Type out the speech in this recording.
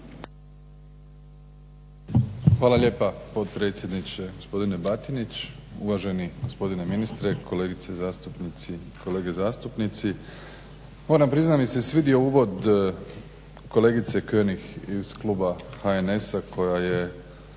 Hvala lijepa potpredsjedniče gospodine Batinić, uvaženi gospodine ministre, kolegice zastupnice, kolege zastupnici. Moram priznati da mi se svidio uvod kolegice König iz kluba HNS-a koja je